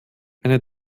eine